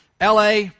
LA